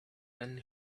then